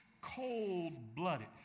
cold-blooded